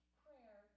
prayer